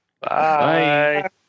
Bye